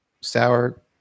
sour